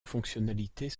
fonctionnalités